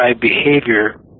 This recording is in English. behavior